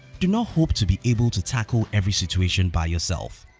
do not hope to be able to tackle every situation by yourself.